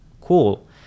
cool